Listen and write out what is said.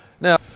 Now